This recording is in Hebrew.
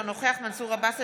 אינו נוכח מנסור עבאס,